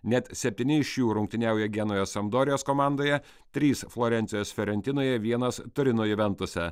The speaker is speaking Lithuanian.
net septyni iš jų rungtyniauja genujos andorijos komandoje trys florencijos fiorentinoje vienas turino juventuse